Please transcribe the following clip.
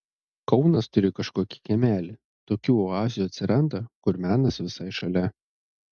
kaunas turi kažkokį kiemelį tokių oazių atsiranda kur menas visai šalia